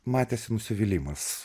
matėsi nusivylimas